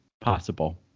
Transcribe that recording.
possible